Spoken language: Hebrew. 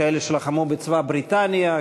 כאלה שלחמו בצבא בריטניה,